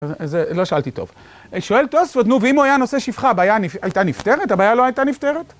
לא שאלתי טוב, שואל תוספות, נו, ואם הוא היה נושא שפחה, הבעיה הייתה נפתרת? הבעיה לא הייתה נפתרת.